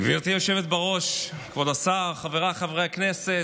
גברתי היושבת בראש, כבוד השר, חבריי חברי הכנסת,